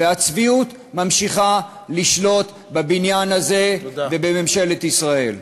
והצביעות ממשיכה לשלוט בבניין הזה ובממשלת ישראל.